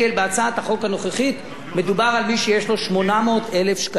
בהצעת החוק הנוכחית מדובר על מי שיש לו 800,000 שקלים.